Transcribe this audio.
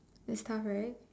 it's tough right